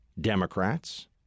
Democrats